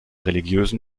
religiösen